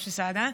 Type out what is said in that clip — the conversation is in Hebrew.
משה סעדה,